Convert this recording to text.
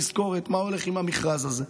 תזכורת: מה הולך עם המכרז הזה.